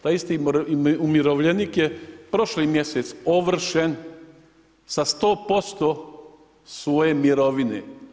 Taj isti umirovljenik je prošli mjesec ovršen sa 100% svoje mirovne.